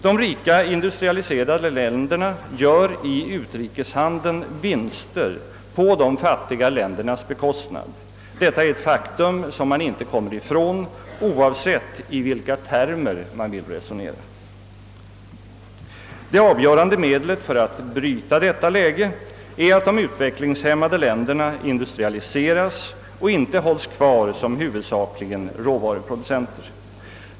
De rika industrialiserade länderna gör i utrikeshandeln vinster på de fattiga ländernas bekostnad. Detta är ett faktum som man inte kommer ifrån oavsett i vilka termer man vill resonera. Det avgörande mediet för att bryta detta läge är att de utvecklingshämmade länderna industrialiseras och inte hålls kvar som huvudsakligen råvaruproducenter.